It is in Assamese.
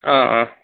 অ অ